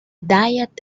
diet